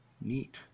Neat